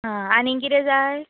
आ आनीक कितें जाय